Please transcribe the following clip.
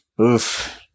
Oof